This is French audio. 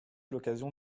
l’occasion